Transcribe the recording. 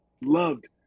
loved